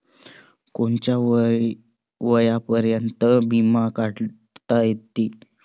कोनच्या वयापर्यंत बिमा काढता येते?